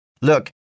Look